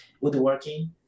woodworking